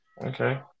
Okay